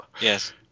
yes